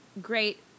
great